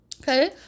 Okay